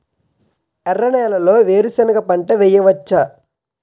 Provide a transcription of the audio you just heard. ఎర్ర నేలలో వేరుసెనగ పంట వెయ్యవచ్చా?